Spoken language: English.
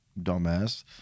dumbass